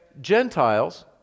Gentiles